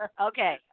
Okay